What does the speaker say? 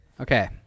okay